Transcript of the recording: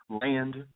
land